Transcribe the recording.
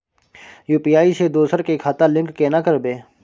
UPI से दोसर के खाता लिंक केना करबे?